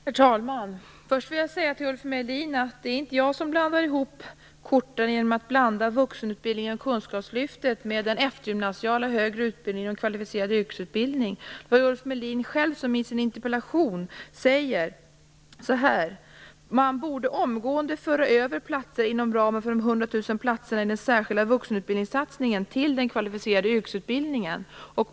Herr talman! Först vill jag säga till Ulf Melin att det inte är jag som blandar ihop korten genom att blanda vuxenutbildningen och Kunskapslyftet med den eftergymnasiala högre utbildningen och den kvalificerade yrkesutbildningen. Det är ju Ulf Melin själv som i sin interpellation säger att man omgående borde föra över platser inom ramen för de 100 000 platserna i den särskilda vuxenutbildningssatsningen till den kvalificerade yrkesutbildningen.